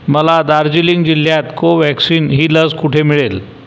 मला दार्जिलिंग जिल्ह्यात कोव्हॅक्सिन ही लस कुठे मिळेल